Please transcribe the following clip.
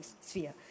sphere